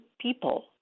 people